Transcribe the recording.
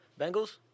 Bengals